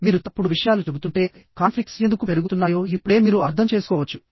మీరు తప్పుడు విషయాలు చెబుతుంటే కాన్ఫ్లిక్ట్స్ ఎందుకు పెరుగుతున్నాయో ఇప్పుడే మీరు అర్థం చేసుకోవచ్చు